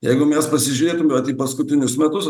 jeigu mes pasižiūrėtume tai paskutinius metus